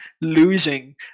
losing